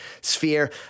sphere